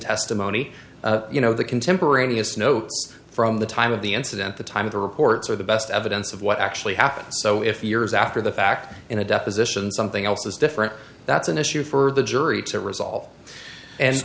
testimony you know the contemporaneous notes from the time of the incident the time of the reports are the best evidence of what actually happened so if years after the fact in a deposition something else is different that's an issue for the jury to resolve and